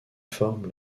forme